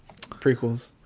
Prequels